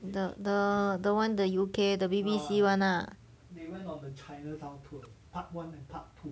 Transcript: the the the one the U_K the B_B_C [one] ah